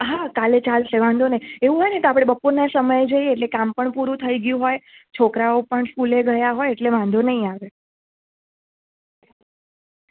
હા કાલે ચાલશે વાંધો નહીં એવું હોય ને તો આપણે બપોરના સમયે જઈએ એટલે કામ પણ પૂરું થઈ ગ્યું હોય છોકરાંઓ પણ સ્કૂલે ગયા હોય એટલે વાંધો નહીં આવે